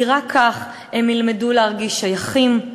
כי רק כך הם ילמדו להרגיש שייכים,